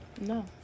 No